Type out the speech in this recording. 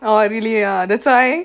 !wah! really ah that's why